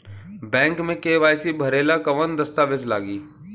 Bank मे KYC भरेला कवन दस्ता वेज लागी?